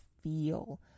feel